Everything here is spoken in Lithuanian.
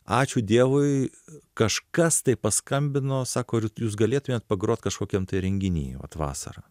ačiū dievui kažkas tai paskambino sako ar jūs galėtumėt pagrot kažkokiam tai renginy vat vasarą